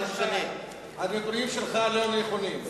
השר אלי ישי, הנתונים שלך לא נכונים.